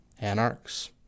Anarchs